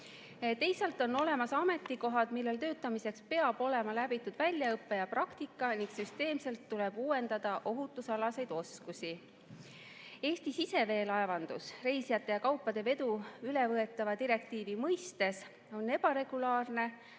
Teisalt on olemas ametikohad, millel töötamiseks peab olema läbitud väljaõpe ja praktika ning süsteemselt tuleb uuendada ohutusalaseid oskusi. Eesti siseveelaevandus, reisijate ja kaupade vedu ülevõetava direktiivi mõistes on ebaregulaarne,